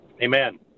Amen